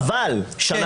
חוק יסוד: הכנסת